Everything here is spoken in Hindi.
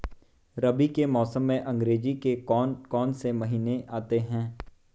रबी के मौसम में अंग्रेज़ी के कौन कौनसे महीने आते हैं?